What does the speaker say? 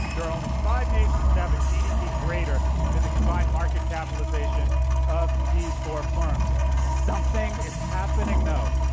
there are only five nations that have a gdp greater than the combined market capitalization of these four firms. something is happening, though.